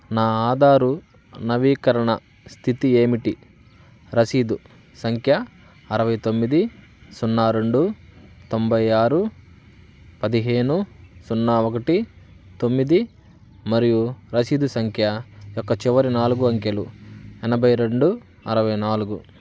నా ఆధారు నవీకరణ స్థితి ఏమిటి రసీదు సంఖ్య అరవై తొమ్మిది సున్నా రెండు తొంబై ఆరు పదిహేను సున్నా ఒకటి తొమ్మిది మరియు రసీదు సంఖ్య యొక్క చివరి నాలుగు అంకెలు ఎనభై రెండు అరవై నాలుగు